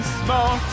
small